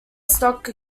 stock